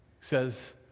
says